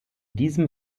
diesem